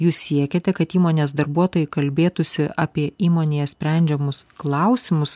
jūs siekiate kad įmonės darbuotojai kalbėtųsi apie įmonėje sprendžiamus klausimus